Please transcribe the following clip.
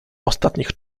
ostatnich